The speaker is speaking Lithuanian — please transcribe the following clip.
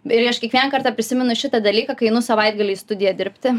ir aš kiekvieną kartą prisimenu šitą dalyką kai einu savaitgalį į studiją dirbti